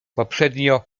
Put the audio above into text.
poprzednio